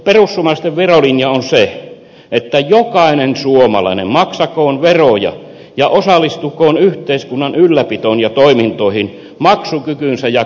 perussuomalaisten verolinja on se että jokainen suomalainen maksakoon veroja ja osallistukoon yhteiskunnan ylläpitoon ja toimintoihin maksukykynsä ja kantokykynsä mukaisesti